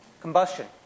combustion